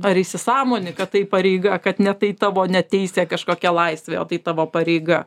ar įsisąmoni kad tai pareiga kad ne tai tavo ne teisė kažkokia laisvė o tai tavo pareiga